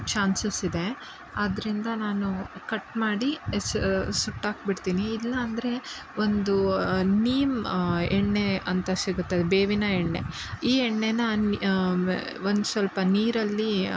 ಚಾನ್ಸಸ್ಸಿದೆ ಆದ್ದರಿಂದ ನಾನು ಕಟ್ ಮಾಡಿ ಸುಟ್ಟಾಕಿಬಿಡ್ತೀನಿ ಇಲ್ಲಾಂದರೆ ಒಂದು ನೀಮ್ ಎಣ್ಣೆ ಅಂತ ಸಿಗುತ್ತದೆ ಬೇವಿನ ಎಣ್ಣೆ ಈ ಎಣ್ಣೆನ ಒಂದು ಸ್ವಲ್ಪ ನೀರಲ್ಲಿ